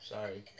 Sorry